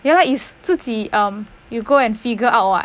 ya is 自己 um you go and figure out [what]